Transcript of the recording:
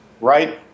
right